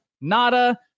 nada